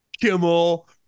Kimmel